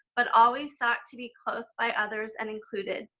but always sought to be close by others and included.